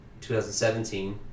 2017